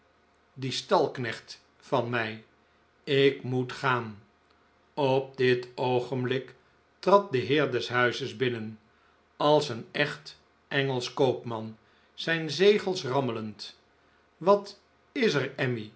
die stalknecht van mij ik moet gaan op dit oogenblik trad de heer des huizes binnen als een echt engelsch koopman zijn zegels rammelend wat is er